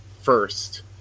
first